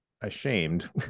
ashamed